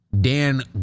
Dan